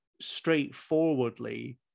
straightforwardly